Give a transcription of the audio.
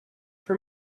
for